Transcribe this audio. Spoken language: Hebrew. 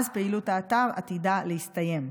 ואז פעילות האתר עתידה להסתיים.